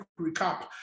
recap